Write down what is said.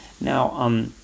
Now